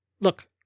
look